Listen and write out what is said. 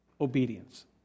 Obedience